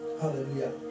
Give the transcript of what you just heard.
Hallelujah